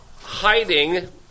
hiding